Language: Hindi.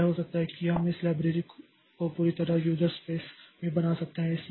तो यह हो सकता है कि हम इस लाइब्रेरी को पूरी तरह से यूजर स्पेस में बना सकते हैं